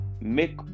make